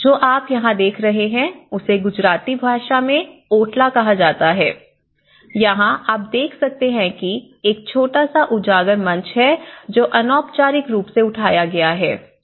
जो आप यहां देख रहे हैं उसे गुजराती भाषा में ओटला कहा जाता है यहां आप देख सकते हैं कि एक छोटा सा जागरण मंच है जो अनौपचारिक रूप से उठाया गया है